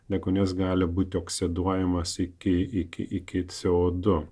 deguonies gali būti oksiduojamas iki iki iki c o du